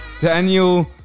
Daniel